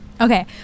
Okay